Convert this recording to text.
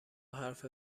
حرف